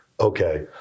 Okay